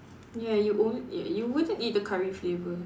ya you on~ y~ you wouldn't eat the curry flavour